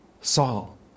Saul